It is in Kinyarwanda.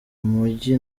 umugi